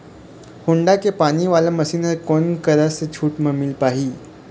Honda के पानी वाला मशीन हर कोन करा से छूट म मिल पाही?